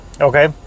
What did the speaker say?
Okay